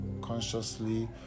consciously